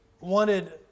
wanted